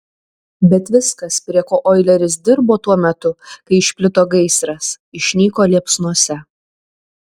bet viskas prie ko oileris dirbo tuo metu kai išplito gaisras išnyko liepsnose